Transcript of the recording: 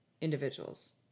individuals